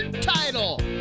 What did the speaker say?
Title